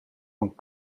van